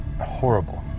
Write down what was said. horrible